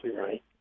right